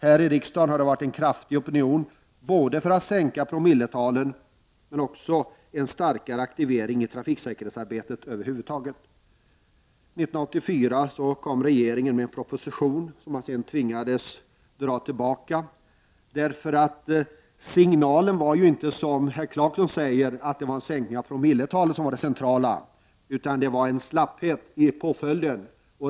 Här i riksdagen har det förekommit både en kraftig opinion för att sänka promilletalen och en starkare aktivering i trafiksäkerhetsarbetet över huvud taget. År 1984 lade regeringen fram en proposition som man sedan tvingades att dra tillbaka. Anledningen till det var inte, som herr Clarkson menade, att dess centrala förslag innebar en sänkning av promilletalen, utan att den karakteriserades av en slapphet i påföljderna.